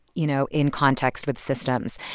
you know, in context with systems.